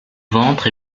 ventre